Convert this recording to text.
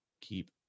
keep